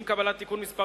עם קבלת תיקון מס'